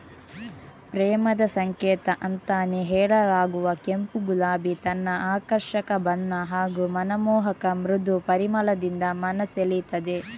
ಪ್ರೇಮದ ಸಂಕೇತ ಅಂತಾನೇ ಹೇಳಲಾಗುವ ಕೆಂಪು ಗುಲಾಬಿ ತನ್ನ ಆಕರ್ಷಕ ಬಣ್ಣ ಹಾಗೂ ಮನಮೋಹಕ ಮೃದು ಪರಿಮಳದಿಂದ ಮನ ಸೆಳೀತದೆ